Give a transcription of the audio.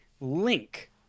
Link